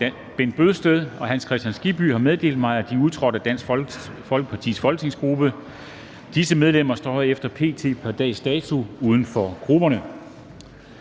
Bent Bøgsted og Hans Kristian Skibby har meddelt mig, at de er udtrådt af Dansk Folkepartis folketingsgruppe. Disse medlemmer står herefter pr. dags dato uden for grupperne.